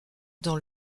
dans